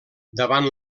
davant